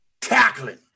tackling